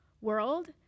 world